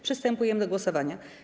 Przystępujemy do głosowania.